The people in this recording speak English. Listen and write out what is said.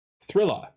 thriller